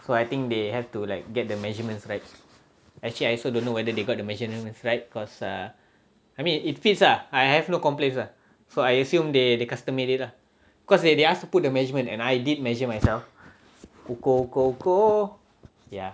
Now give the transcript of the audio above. so I think they have to like get the measurements right actually I also don't know whether they got the measurements right cause err I mean it fits ah I have no complains ah so I assume they the custom made it ah cause they they asked to put the measurement and I did measure myself ukur ukur ukur ya